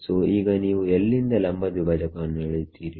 so ಈಗ ನೀವು ಎಲ್ಲಿಂದ ಲಂಬ ದ್ವಿಭಾಜಕವನ್ನು ಎಳೆಯುತ್ತೀರಿ